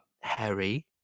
Harry